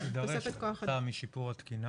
תידרש תוספת כוח האדם כתוצאה משיפור התקינה.